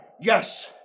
yes